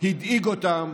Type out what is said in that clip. הדאיג אותם